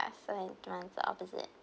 I feel it runs opposite